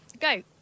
go